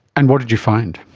and what did you find?